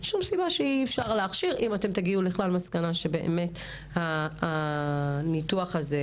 אין סיבה שאי אפשר להכשיר אם תגיעו למסקנה שהניתוח לא